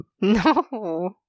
No